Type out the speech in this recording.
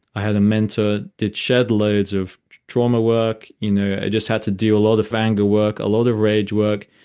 i had a mentor. did shed loads of drama work. you know i just had to do a lot of anger work, a lot of rage work.